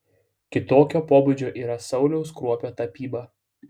kitokio pobūdžio yra sauliaus kruopio tapyba